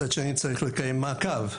מצד שני, צריך לקיים מעקב.